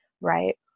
right